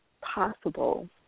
possible